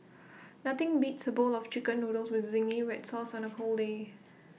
nothing beats A bowl of Chicken Noodles with Zingy Red Sauce on A cold day